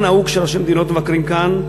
כך נהוג כשראשי מדינות מבקרים כאן,